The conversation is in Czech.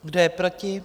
Kdo je proti?